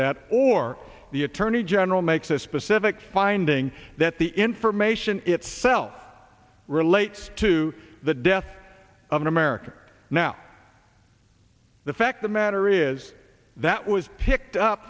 that or the attorney general makes a specific finding that the information itself relates to the death of an american now the fact the matter is that was picked up